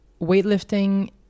weightlifting